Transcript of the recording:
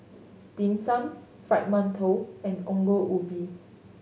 Dim Sum Fried Mantou and Ongol Ubi